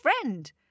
friend